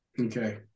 Okay